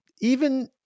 even-